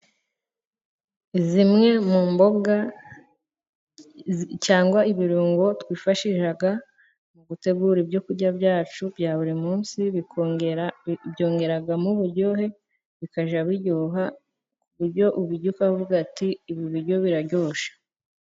Zimwe mu mboga cyangwa ibirungo twifashisha mu gutegura ibyo kurya byacu bya buri munsi . Byongeramo uburyohe bikajya biryoha ku buryo tubirya ukavuga ati, " Ibi biryo biraryoshye".